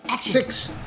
six